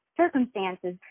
circumstances